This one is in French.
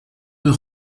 deux